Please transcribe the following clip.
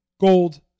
Gold